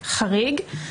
חריג.